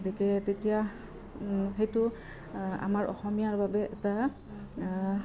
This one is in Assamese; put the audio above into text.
গতিকে তেতিয়া সেইটো আমাৰ অসমীয়াৰ বাবে এটা